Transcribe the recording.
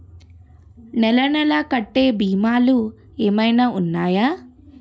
నెల నెల కట్టే భీమాలు ఏమైనా ఉన్నాయా?